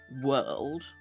world